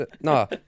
No